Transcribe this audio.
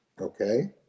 okay